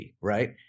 right